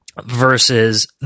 versus